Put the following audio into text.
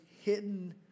hidden